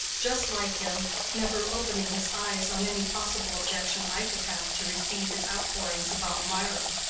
just like him never opening his eyes on any possible objection i could have to receive his outpourings about mirah.